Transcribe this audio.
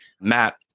Matt